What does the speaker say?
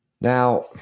Now